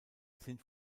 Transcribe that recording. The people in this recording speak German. sind